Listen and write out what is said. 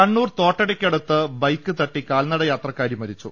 കണ്ണൂർ തോട്ടടയ്ക്കടുത്ത് ബ്രൈക്ക് തട്ടി കാൽനടയാത്രക്കാരി മരിച്ചു